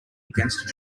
against